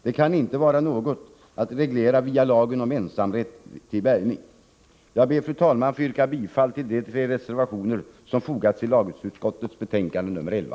Det kan inte vara något att reglera via lagen om ensamrätt till bärgning. Jag ber, fru talman, att få yrka bifall till de tre reservationer som fogats till lagutskottets betänkande nr 11.